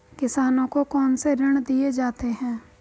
किसानों को कौन से ऋण दिए जाते हैं?